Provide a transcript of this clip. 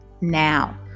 Now